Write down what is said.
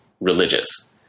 religious